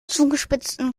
zugespitzten